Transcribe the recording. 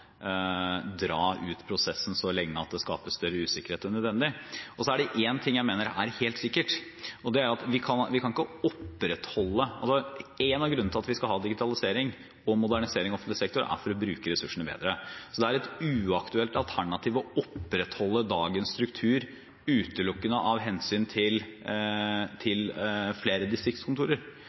det skaper større usikkerhet enn nødvendig. Så er det én ting jeg mener er helt sikkert: En av grunnene til at vi skal ha digitalisering og modernisering av offentlig sektor, er for å bruke ressursene bedre, så det er et uaktuelt alternativ å opprettholde dagens struktur utelukkende av hensyn til flere distriktskontorer.